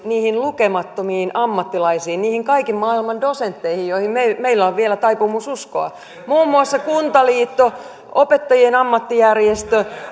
niihin lukemattomiin ammattilaisiin niihin kaiken maailman dosentteihin joihin meillä meillä on vielä taipumus uskoa muun muassa kuntaliitto opettajien ammattijärjestö